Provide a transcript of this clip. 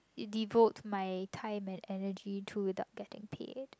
devote my time and energy to without getting paid